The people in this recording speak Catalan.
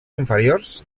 inferiors